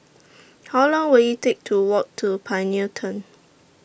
How Long Will IT Take to Walk to Pioneer Turn